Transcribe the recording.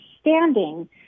standing